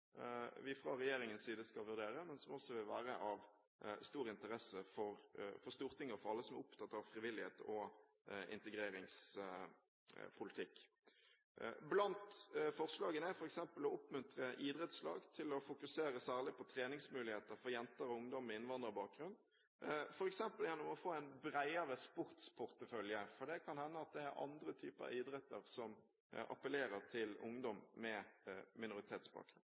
vi fra regjeringens side skal vurdere, men som også vil være av stor interesse for Stortinget og for alle som er opptatt av frivillighet og integreringspolitikk. Blant forslagene er f.eks. å oppmuntre idrettslag til å fokusere særlig på treningsmuligheter for jenter og ungdom med innvandrerbakgrunn, f.eks. gjennom å få en bredere sportsportefølje, for det kan hende at det er andre typer idretter som appellerer til ungdom med minoritetsbakgrunn.